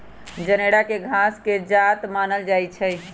जनेरा के घास के जात मानल जाइ छइ